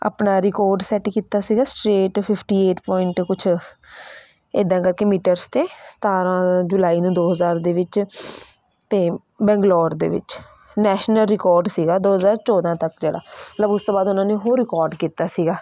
ਆਪਣਾ record set ਕੀਤਾ ਸੀਗਾ ਸਟਰੇਟ ਫਿਫਟੀ ਏਟ ਪੁਆਇੰਟ ਕੁਛ ਇੱਦਾਂ ਕਰਕੇ ਮੀਟਰਸ 'ਤੇ ਸਤਾਰਾਂ ਜੁਲਾਈ ਨੂੰ ਦੋ ਹਜ਼ਾਰ ਦੇ ਵਿੱਚ ਅਤੇ ਬੈਂਗਲੌਰ ਦੇ ਵਿੱਚ ਨੈਸ਼ਨਲ ਰਿਕੋਡ ਸੀਗਾ ਦੋ ਹਜ਼ਾਰ ਚੌਦਾਂ ਤੱਕ ਜਿਹੜਾ ਮਤਲਬ ਉਸ ਤੋਂ ਬਾਅਦ ਉਹਨਾਂ ਨੇ ਹੋਰ ਰਿਕਾਰਡ ਕੀਤਾ ਸੀਗਾ